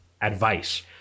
advice